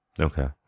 Okay